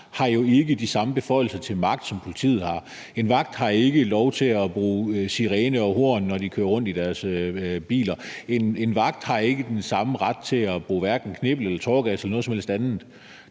har jo ikke de samme magtbeføjelser, som politiet har. En vagt har ikke lov til at bruge sirene og horn, når vedkommende kører rundt i sin bil. En vagt har ikke den samme ret til at bruge kniv eller tåregas eller noget som helst andet.